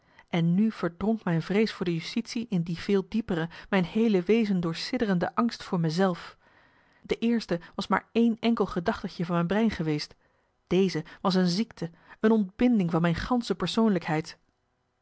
en nu verdronk mijn vrees voor de justitie in die veel diepere mijn heele wezen doorsidderende angst voor me zelf de eerste was maar één enkel gedachtetje van mijn brein geweest deze was een ziekte een ontbinding van mijn gansche persoonlijkheid